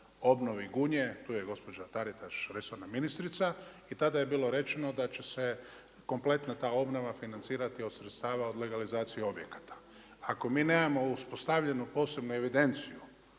obnovi Gunje. Tu je gospođa Taritaš resorna ministrica i tada je bilo rečeno da će se kompletna ta obnova financirati od sredstava od legalizacije objekata. Ako mi nemamo uspostavljenu posebnu evidenciju